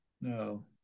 No